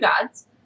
gods